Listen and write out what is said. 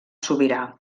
sobirà